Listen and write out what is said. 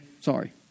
sorry